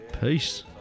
Peace